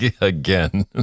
again